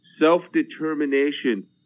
self-determination